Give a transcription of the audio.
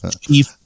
chief